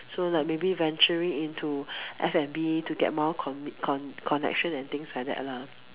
so like maybe venturing into F_N_B to get more commit con~ connection and things like that lah